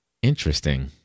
Interesting